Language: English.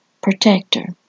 protector